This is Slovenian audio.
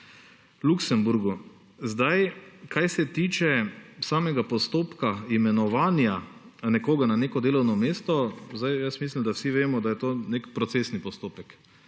Luksemburgu. Kar se tiče samega postopka imenovanja nekoga na neko delovno mesto, mislim, da vsi vemo, da je to nek procesni postopek.